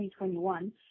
2021